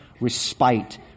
respite